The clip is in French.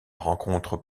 rencontre